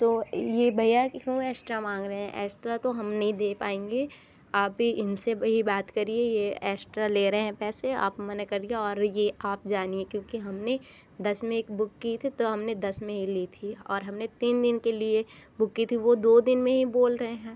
तो यह भैया की क्यों एस्ट्रा मांग रें एस्ट्रा तो हम नहीं दे पाएंगे आप ही इनसे भी बात करिए यह एस्ट्रा ले रहें पैसे आप मना करिए और यह आप जानिए क्योंकि हमने दस में एक बुक की थी तो हमने दस में ही ली थी और हमने तीन दिन के लिए बुक की थी वह दो दिन में ही बोल रहे हैं